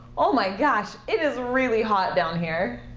oh, my gosh. it is really hot down here.